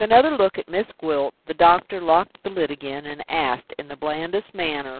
with another look at miss gwilt, the doctor locked the lid again, and asked, in the blandest manner,